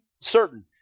certain